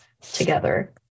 together